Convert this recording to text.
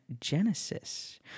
Genesis